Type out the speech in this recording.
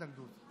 את התנגדותך.